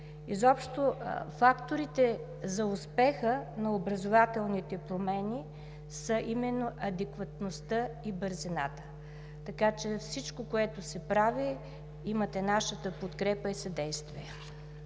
Изобщо факторите за успеха на образователните промени са именно адекватността и бързината. Така че за всичко, което се прави, имате нашата подкрепа и съдействие.